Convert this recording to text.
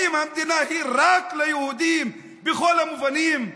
האם המדינה היא רק ליהודים בכל המובנים?